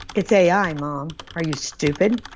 it's ai, mom. are you stupid?